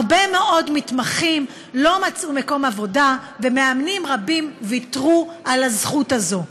הרבה מאוד מתמחים לא מצאו מקום עבודה ומאמנים רבים ויתרו על הזכות הזאת.